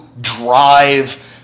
drive